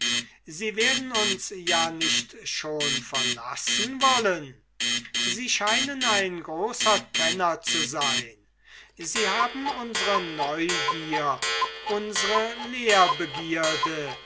sie werden uns ja nicht schon verlassen wollen sie scheinen ein großer kenner zu sein sie haben unsre neugier unsre